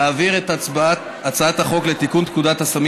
להעביר את הצעת החוק לתיקון פקודת הסמים